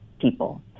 people